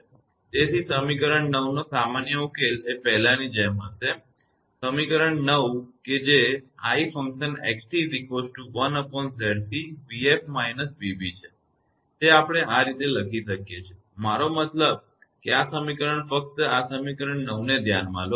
તેથી સમીકરણ 9 નો સામાન્ય ઉકેલ એ પહેલાની જેમ હશે સમીકરણ 9 કે જે 𝑖𝑥𝑡 1𝑍𝑐𝑣𝑓−𝑣𝑏 છે તે આપણે આ રીતે લખી શકીએ છીએ મારો મતલબ કે આ સમીકરણ ફક્ત આ સમીકરણ 9 ને ધ્યાનમાં લો